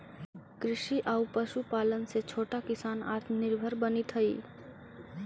कृषि आउ पशुपालन से छोटा किसान आत्मनिर्भर बनित हइ